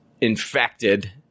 infected